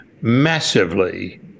massively